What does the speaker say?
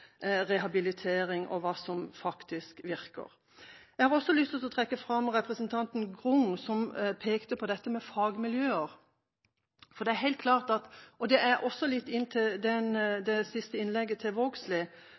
rehabilitering og hva som faktisk virker. Jeg har også lyst å trekke fram representanten Grung som pekte på dette med fagmiljøer. Vågslid var inne på i sitt innlegg, og jeg var også litt